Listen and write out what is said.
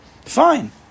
Fine